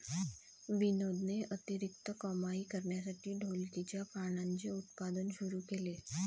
विनोदने अतिरिक्त कमाई करण्यासाठी ढोलकीच्या पानांचे उत्पादन सुरू केले